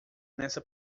nessa